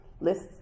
lists